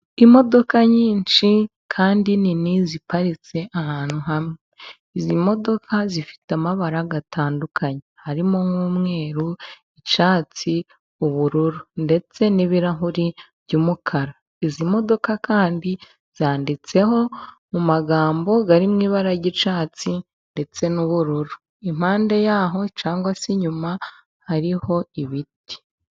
Imodoka nyinshi kandi nini ziparitse ahantu hamwe, izi modoka zifite amabara atandukanye harimo nk'umweru, icyatsi, ubururu ndetse n'ibirahuri by'umukara. Izi modoka kandi zanditseho mu magambo ari mu ibara ry'icyatsi ndetse n'ubururu. Impande yaho cyangwa se inyuma hariho ibiti.